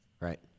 Right